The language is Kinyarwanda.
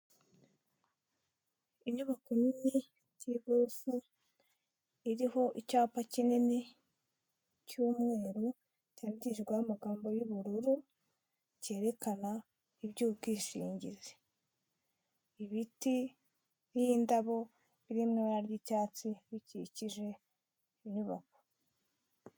Inyubako y'igorofa iriho icyapa kinini cy'umweru cyandikishijweho amagambo y'ubururu byerekana iby'ubwishingizi, ibiti by'indabo biri mu ibara ry'icyatsi bikikije inyubako.